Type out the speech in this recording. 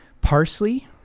Parsley